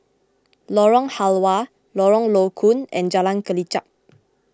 Lorong Halwa Lorong Low Koon and Jalan Kelichap